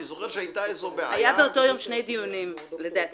אני זוכר שהייתה איזו בעיה --- היו באותו שני דיונים לדעתי.